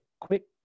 quick